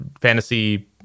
fantasy